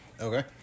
Okay